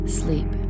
sleep